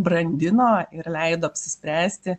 brandino ir leido apsispręsti